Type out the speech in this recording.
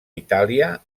itàlia